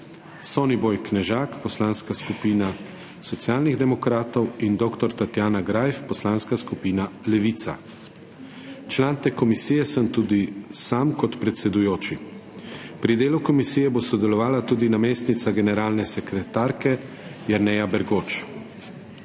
Soniboj Knežak, Poslanska skupina Socialnih demokratov in dr. Tatjana Grajf, Poslanska skupina Levica. Član te komisije sem tudi sam kot predsedujoči. Pri delu komisije bo sodelovala tudi namestnica generalne sekretarke Jerneja Bergoč.